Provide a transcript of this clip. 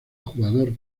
jugador